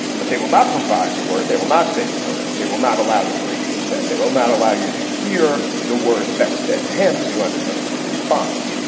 but they will not provide the word. they will not say the word. they will not allow the word to be said. they will not allow you to hear the words that were said to him. so you understand his response.